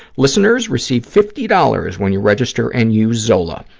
listeners, receive fifty dollars when you register and use zola.